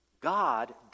God